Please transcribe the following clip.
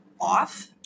off